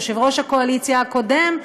יושב-ראש הקואליציה הקודם,